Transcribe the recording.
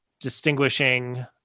distinguishing